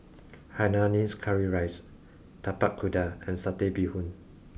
hainanese curry rice tapak kuda and satay bee hoon